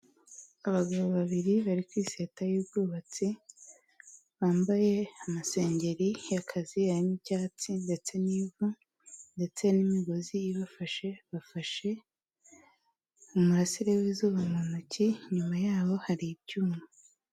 Abagabo babiri bari ku Iseta y'ubwubatsi bambaye amasengeri y'akazi hari n'ibyatsi ndetse n'ivu ndetse n'imigozi ibafashe, bafashe umurasire w'izuba mu ntoki inyuma yaho hari ibyuma.